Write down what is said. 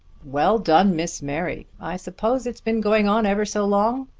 well done, miss mary! i suppose it's been going on ever so long?